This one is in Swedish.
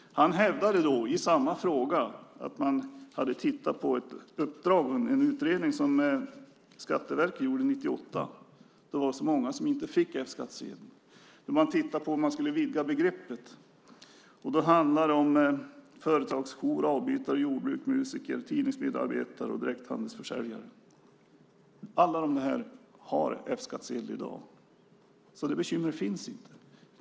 Han hävdade i samma fråga att man hade tittat på en utredning som Skatteverket gjorde 1998 eftersom det var så många som inte fick F-skattsedel. Man tittade på om begreppet skulle vidgas. Då handlade det om företagsjour, avbytare i jordbruk, musiker, tidningsmedarbetare och direkthandelsförsäljare. Alla har F-skattsedel i dag. Det bekymret finns inte.